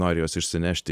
nori juos išsinešti